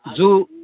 zoo